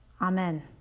Amen